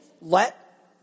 Let